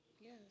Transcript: Yes